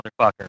motherfucker